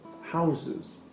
houses